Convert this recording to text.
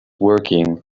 working